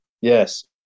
Yes